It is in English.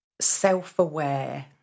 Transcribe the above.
self-aware